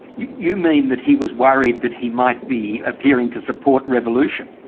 you mean that he was worried that he might be appearing to support revolution?